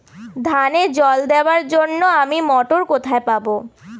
ধানে জল দেবার জন্য আমি মটর কোথায় পাবো?